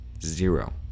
Zero